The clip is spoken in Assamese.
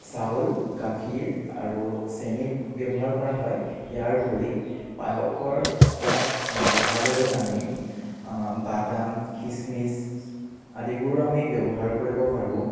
চাউল গাখীৰ আৰু চেনি ব্যৱহাৰ কৰা হয় ইয়াৰ উপৰি পায়সৰ সোৱাদ বঢ়াবলৈ আমি বাদাম খিচমিচ আদিবোৰো আমি ব্যৱহাৰ কৰিব পাৰোঁ